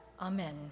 Amen